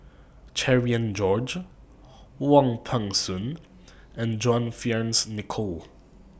Cherian George Wong Peng Soon and John Fearns Nicoll